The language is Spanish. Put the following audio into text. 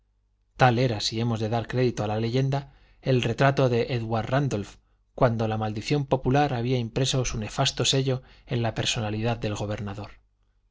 tal era si hemos de dar crédito a la leyenda el retrato de édward rándolph cuando la maldición popular había impreso su nefasto sello en la personalidad del gobernador